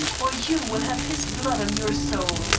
or you will have his blood on your soul.